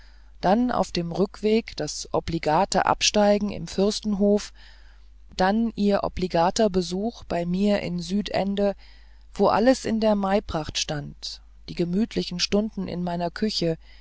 dann auf dem rückweg das obligate absteigen im fürstenhof dann ihr obligater besuch bei mir in südende wo alles in der maipracht stand die gemütlichen stunden in meiner küche